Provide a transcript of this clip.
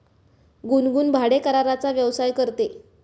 गुनगुन भाडेकराराचा व्यवसाय करते